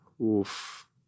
Oof